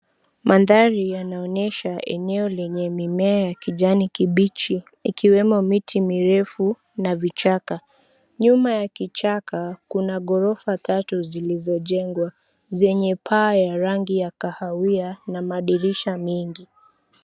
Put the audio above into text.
Mandhari yanaonyesha eneo lenye mimea kijani kibichi ikiwemo miti mirefu na vichaka. Nyuma ya kichaka kuna ghorofa tatu zilizojengwa zenye paa ya rangi ya kahawia na madirisha mingi.